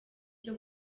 cyo